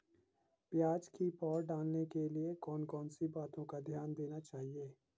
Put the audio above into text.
प्याज़ की पौध डालने के लिए कौन कौन सी बातों का ध्यान देना चाहिए?